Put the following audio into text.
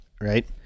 Right